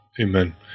amen